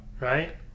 right